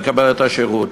לקבל את השירות,